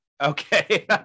Okay